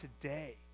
today